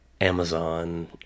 Amazon